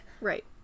right